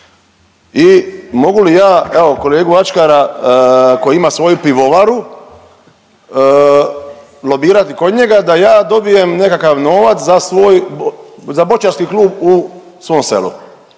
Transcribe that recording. i mogu li ja, evo, kolegu Ačkara koji ima svoju pivovaru lobirati kod njega da ja dobijem nekakav novac za svoj, za boćarski klub u svom selu?